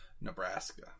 Nebraska